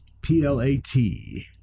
p-l-a-t